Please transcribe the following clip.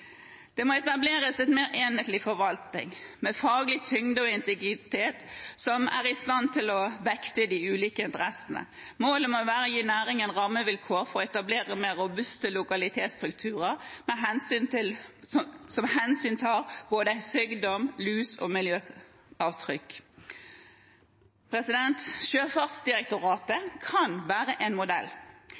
Det må etableres en mer enhetlig forvaltning, med faglig tyngde og integritet, som er i stand til å vekte de ulike interessene. Målet må være å gi næringen rammevilkår for å etablere mer robuste lokalitetsstrukturer som hensyntar både sykdom, lus og miljøavtrykk. Sjøfartsdirektoratet kan være en modell.